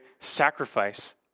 sacrifice